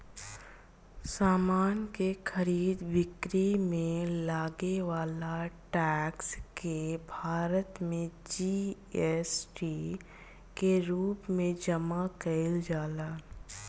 समान के खरीद बिक्री में लागे वाला टैक्स के भारत में जी.एस.टी के रूप में जमा कईल जाला